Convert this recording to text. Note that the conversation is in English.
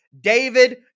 David